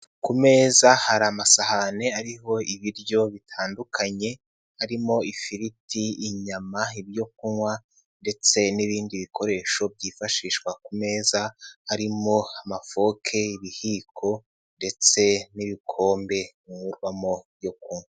Ku meza hari amasahane ariho ibiryo bitandukanye harimo ifiriti, inyama, ibyo kunywa ndetse n'ibindi bikoresho byifashishwa ku meza harimo amafoke, ibihiko ndetse n'ibikombe binywebwamo ibyo kunywa.